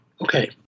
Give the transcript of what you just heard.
okay